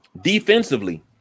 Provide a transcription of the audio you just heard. defensively